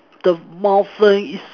the mouth is